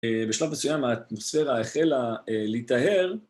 בשלב מסוים האטמוספירה החלה להטהר